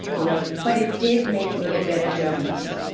you know but it did make me a better journalist,